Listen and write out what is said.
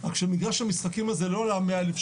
רק שמגרש המשחקים הזה לא עלה 100,000 שקלים,